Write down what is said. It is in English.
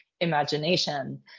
imagination